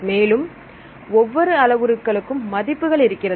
மேலும் ஒவ்வொரு அளவு உருக்களுக்கும் மதிப்புகள் இருக்கிறது